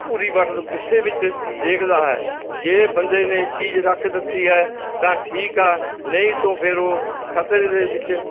ਘੂਰੀ ਵੱਟ ਦਾ ਗੁੱਸੇ ਵਿੱਚ ਦੇਖਦਾ ਹੈ ਜੇ ਬੰਦੇ ਨੇ ਚੀਜ਼ ਰੱਖ ਦਿੱਤੀ ਹੈ ਤਾਂ ਠੀਕ ਆ ਨਹੀਂ ਤੋਂ ਫਿਰ ਉਹ ਖਤਰੇ ਦੇ ਵਿੱਚ